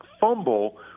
fumble